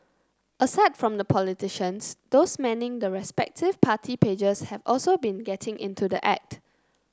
aside from the politicians those manning the respective party pages have also been getting into the act